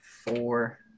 four